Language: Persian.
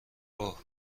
اوه